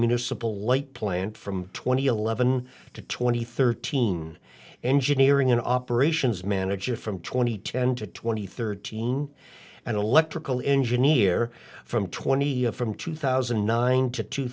municipal light plant from twenty eleven to twenty thirteen engineering an operations manager from twenty ten to twenty thirteen an electrical engineer from twenty a from two thousand and nine to two